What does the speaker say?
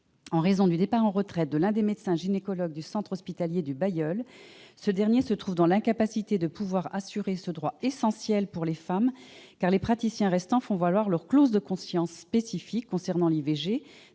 En raison du départ à la retraite de l'un des médecins gynécologues, le centre hospitalier du Bailleul se trouve dans l'incapacité d'assurer ce droit essentiel pour les femmes, les praticiens restants faisant valoir leur clause de conscience spécifique concernant l'IVG,